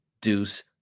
Deuce